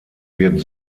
wird